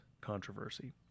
controversy